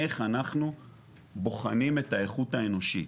איך אנחנו בוחנים את האיכות האנושית,